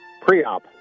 pre-op